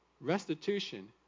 restitution